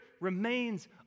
remains